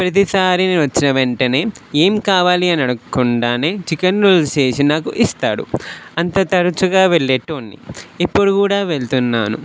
ప్రతిసారి నేను వచ్చిన వెంటనే ఏం కావాలి అని అడగకుండానే చికెన్ నూడిల్స్ వేసి నాకు ఇస్తాడు అంత తరచుగా వెళ్ళేటోడ్ని ఇప్పుడు కూడా వెళ్తున్నాను